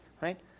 right